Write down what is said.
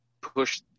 push